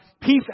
peace